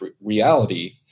reality